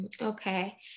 Okay